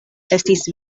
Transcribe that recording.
estis